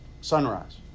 sunrise